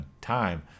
Time